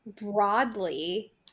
broadly